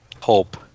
hope